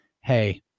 Hey